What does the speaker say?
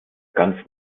ganz